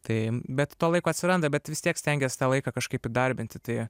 tai bet to laiko atsiranda bet vis tiek stengies tą laiką kažkaip įdarbinti tai